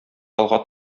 алга